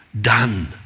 done